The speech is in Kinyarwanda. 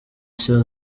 nshya